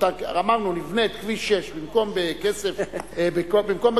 אמרנו: נבנה את כביש 6 במקום בכסף פרטי,